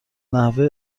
نحوه